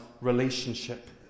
relationship